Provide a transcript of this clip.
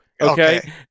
okay